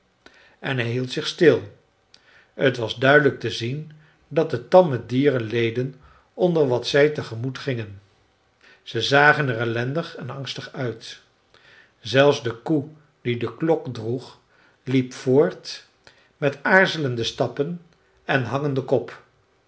en hij hield zich stil t was duidelijk te zien dat de tamme dieren leden onder wat zij te gemoet gingen ze zagen er ellendig en angstig uit zelfs de koe die de klok droeg liep voort met aarzelende stappen en hangenden kop